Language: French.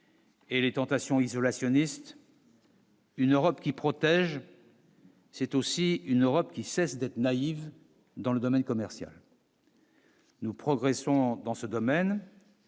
Et les tentations isolationnistes. Une Europe qui protège. C'est aussi une Europe qui cesse d'être naïve dans le domaine commercial. Nous progressons dans ce domaine.